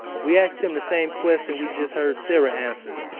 we asked him the same question we just heard sara answer.